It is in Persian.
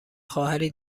خواهری